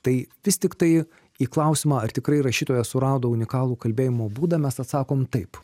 tai vis tiktai į klausimą ar tikrai rašytoja surado unikalų kalbėjimo būdą mes atsakom taip